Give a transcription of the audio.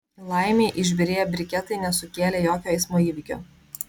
laimei išbyrėję briketai nesukėlė jokio eismo įvykio